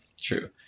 true